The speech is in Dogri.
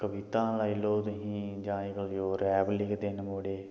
कवितां लाई लैओ तुसें जां अज्जकल होर रैप लिखदे न मुड़े